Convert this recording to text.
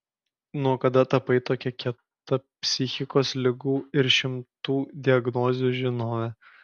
nuo kada tapai tokia kieta psichikos ligų ir šimtų diagnozių žinove